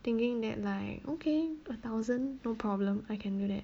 thinking that like okay a thousand no problem I can do that